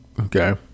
Okay